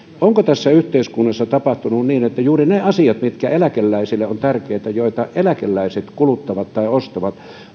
onko tässä yhteiskunnassa tapahtunut niin että juuri niiden asioiden hinnat mitkä eläkeläisille ovat tärkeitä joita eläkeläiset kuluttavat tai ostavat